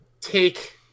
take